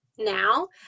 now